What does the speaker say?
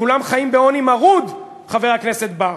שכולם חיים בעוני מרוד, חבר הכנסת בר.